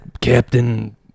Captain